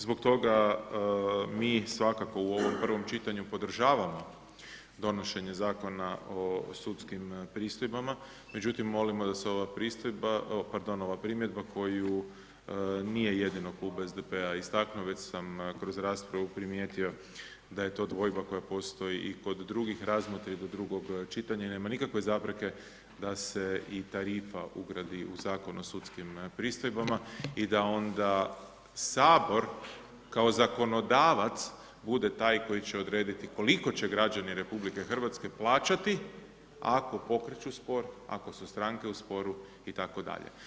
Zbog toga mi svakako u ovom prvom čitanju podržavamo donošenje zakona o sudskim pristojbama, međutim, molimo da se ova pristojba, pard0on, ova primjedba koju nije jedino Klub SDP-a istaknuo, već sam kroz raspravu primijetio da je to dvojba koja postoji kod drugih razmotri do drugog čitanja i nema nikakve zapreke da se i tarifa ugradi u Zakon o sudskim pristojbama i da onda Sabor kao zakonodavac bude taj koji će odrediti koliko će građani RH plaćati ako pokreću spor, ako su stranke u sporu itd.